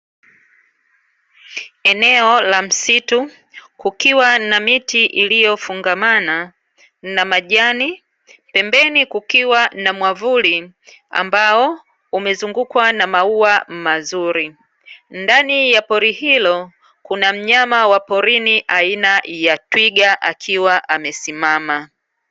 Eneo la msitu kukiwa na miti iliyofungamana na majani, pembeni kukiwa na mwavuli ambao umezungukwa na maua mazuri, ndani ya pori hilo kuna mnyama wa porini aina ya twiga akiwa amesimama.